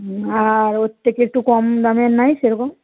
আর ওর থেকে একটু কম দামের নেই সেরকম